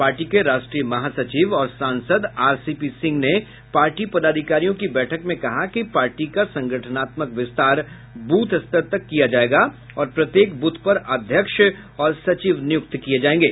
party के राष्ट्रीय महासचिव और सांसद आर सी पी सिंह ने पार्टी पदाधिकारियों की बैठक में कहा कि पार्टी का संगठनात्मक विस्तार ब्रथ स्तर तक किया जायेगा और प्रत्येक ब्रथ पर अध्यक्ष और सचिव नियुक्त किये जायेंगे